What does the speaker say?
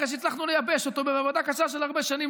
אחרי שהצלחנו לייבש אותו בעבודה קשה של הרבה שנים,